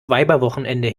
weiberwochenende